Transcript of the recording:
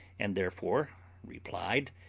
and therefore replied,